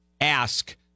ask